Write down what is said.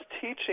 teaching